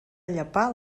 llepar